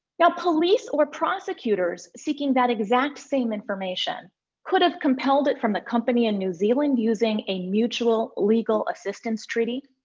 now, police or prosecutors seeking that exact same information could have compelled it from the company in new zealand using a mutual legal assistance treaty.